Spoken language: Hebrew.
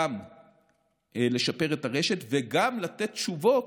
גם לשפר את הרשת וגם לתת תשובות,